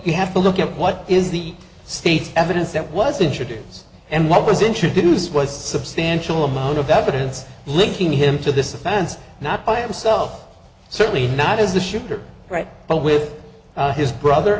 you have to look at what is the state evidence that was introduced and what was introduced was a substantial amount of evidence linking him to this offense not by himself certainly not as the shooter right but with his brother